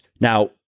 Now